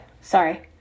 sorry